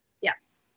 Yes